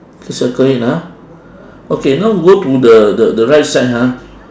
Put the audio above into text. so circle it ah okay now go to the the the right side ha